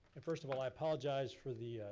and first of all, i apologize for the,